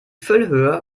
füllhöhe